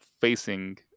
facing